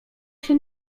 się